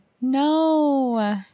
No